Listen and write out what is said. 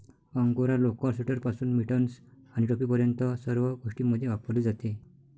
angora लोकर, स्वेटरपासून mittens आणि टोपीपर्यंत सर्व गोष्टींमध्ये वापरली जाते